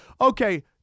okay